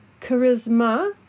charisma